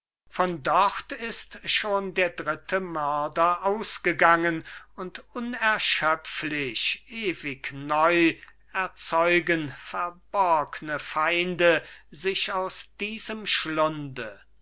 von dort ist schon der dritte mörder ausgegangen und unerschöpflich ewig neu erzeugen verborgne feinde sich aus diesem schlunde